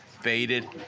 faded